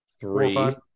three